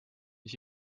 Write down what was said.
mis